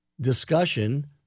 discussion